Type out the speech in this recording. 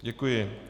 Děkuji.